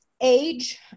age